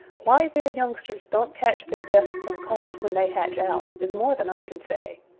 why their youngsters don't catch their death from cold when they hatch out is more than i can say.